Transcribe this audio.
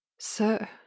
Sir